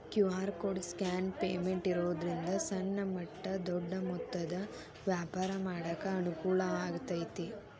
QR code scan payment ಇರೋದ್ರಿಂದ ಸಣ್ಣ ಮಟ್ಟ ದೊಡ್ಡ ಮೊತ್ತದ ವ್ಯಾಪಾರ ಮಾಡಾಕ ಅನುಕೂಲ ಆಗೈತಿ